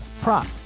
prop